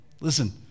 Listen